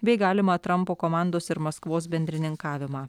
bei galimą trampo komandos ir maskvos bendrininkavimą